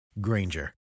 Granger